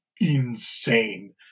insane